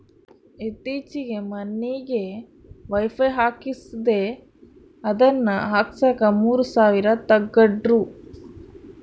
ಈತ್ತೀಚೆಗೆ ಮನಿಗೆ ವೈಫೈ ಹಾಕಿಸ್ದೆ ಅದನ್ನ ಹಾಕ್ಸಕ ಮೂರು ಸಾವಿರ ತಂಗಡ್ರು